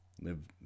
live